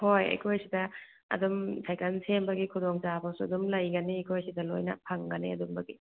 ꯍꯣꯏ ꯑꯩꯈꯣꯏꯁꯤꯗ ꯑꯗꯨꯝ ꯁꯥꯏꯀꯟ ꯁꯦꯝꯕꯒꯤ ꯈꯨꯗꯣꯡ ꯆꯥꯕꯁꯨ ꯑꯗꯨꯝ ꯂꯩꯒꯅꯤ ꯑꯩꯈꯣꯏ ꯁꯤꯗ ꯂꯣꯏꯅ ꯐꯪꯒꯅꯤ ꯑꯗꯨꯝꯕꯒꯤ